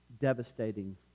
devastating